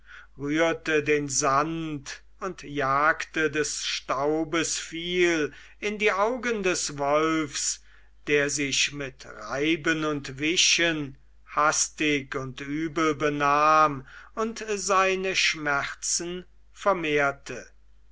rührte den sand und jagte des staubes viel in die augen des wolfs der sich mit reiben und wischen hastig und übel benahm und seine schmerzen vermehrte